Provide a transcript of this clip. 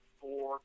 four